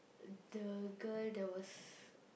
the girl that was